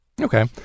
Okay